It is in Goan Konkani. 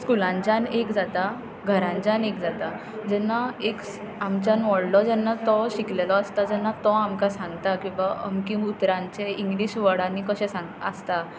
स्कुलानच्यान एक जाता घरानच्यान एक जाता जेन्ना एक स्क हांगच्यान व्हडलो जेन्ना तो शिकलेलो आसता जेन्ना तो आमकां सांगता की बाबा अमकी उतरांचें इंग्लीश वडांनी कशें सांग आसता